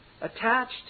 Attached